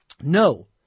No